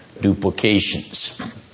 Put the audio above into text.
duplications